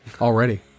already